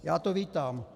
Já to vítám.